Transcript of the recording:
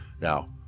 Now